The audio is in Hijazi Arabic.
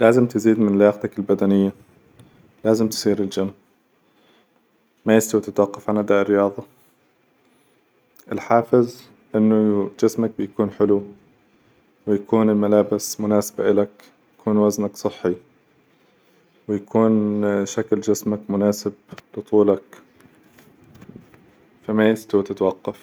لازم تزيد من لياقتك البدنية، لازم تسير الجم، ما يستوي تتوقف عن أدآء الرياظة، الحافز: إنه جسمك بيكون حلو، ويكون الملابس مناسبة إلك، ويكون وزنك صحي، ويكون شكل جسمك مناسب لطولك، فما يستوي تتوقف.